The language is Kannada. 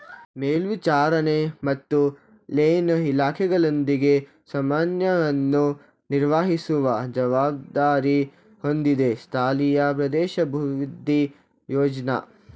ಮೇಲ್ವಿಚಾರಣೆ ಮತ್ತು ಲೈನ್ ಇಲಾಖೆಗಳೊಂದಿಗೆ ಸಮನ್ವಯವನ್ನು ನಿರ್ವಹಿಸುವ ಜವಾಬ್ದಾರಿ ಹೊಂದಿದೆ ಸ್ಥಳೀಯ ಪ್ರದೇಶಾಭಿವೃದ್ಧಿ ಯೋಜ್ನ